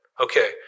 Okay